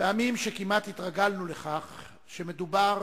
פעמים שכמעט התרגלנו לכך שמדובר